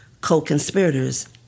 Co-Conspirators